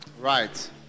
Right